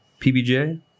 PBJ